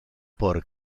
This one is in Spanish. por